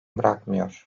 bırakmıyor